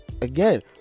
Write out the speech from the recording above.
again